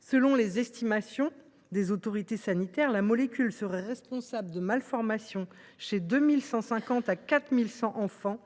Selon les estimations des autorités sanitaires, cette molécule serait responsable de malformations chez 2 150 à 4 100 enfants,